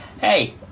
Hey